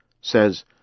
says